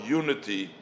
unity